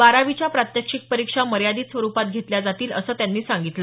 बारावीच्या प्रात्यक्षिक परिक्षा मर्यादित स्वरुपात घेतल्या जातील असं त्यांनी सांगितलं